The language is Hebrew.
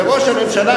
וראש הממשלה,